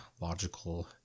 logical